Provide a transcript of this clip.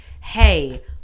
hey